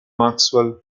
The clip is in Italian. maxwell